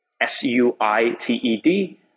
S-U-I-T-E-D